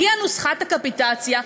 הגיעה נוסחת הקפיטציה,